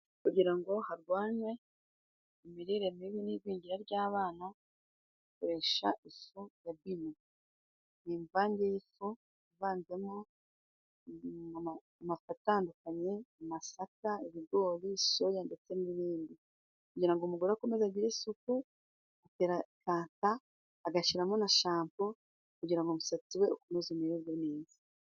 Kugira ngo harwanywe imirire mibi n'igwingira ry'abana bakoresha ifu y'abana ni imvange y' ifu ivanzemo amafu atandukanye masaka, ibigori ,soya ndetse n'ibindi kugira umugore akomeze agire isuku atera kata agashiramo na shapo kugirango umusatsi we ukomeze umererwe neza.